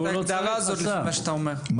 לפי מה שאתה אומר,